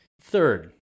Third